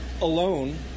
alone